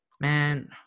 Man